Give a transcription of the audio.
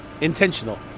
intentional